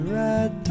red